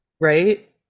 right